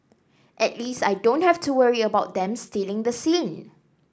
at least I don't have to worry about them stealing the scene